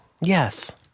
Yes